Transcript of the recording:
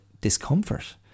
discomfort